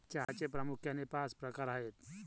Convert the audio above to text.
चहाचे प्रामुख्याने पाच प्रकार आहेत